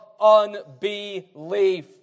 unbelief